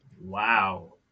Wow